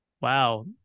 Wow